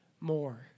more